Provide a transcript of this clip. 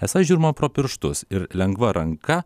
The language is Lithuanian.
esą žiūrima pro pirštus ir lengva ranka